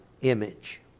image